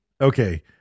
okay